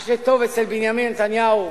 מה שטוב אצל בנימין נתניהו,